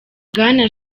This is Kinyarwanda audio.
bwana